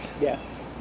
Yes